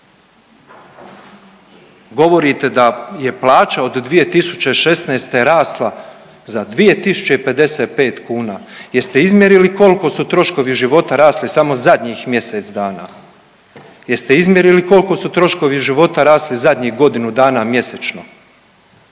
Govorite da je plaća od 2016. rasla za 2.055 kuna, jeste izmjerili kolko su troškovi života rasli samo zadnjih mjesec dana, jeste izmjerili kolko su troškovi života rasli zadnjih godinu dana mjesečno?